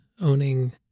owning